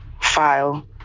file